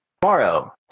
Tomorrow